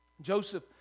Joseph